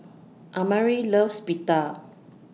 Amare loves Pita